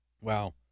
Wow